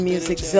Music